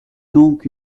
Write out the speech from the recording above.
donc